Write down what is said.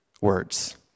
words